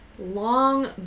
Long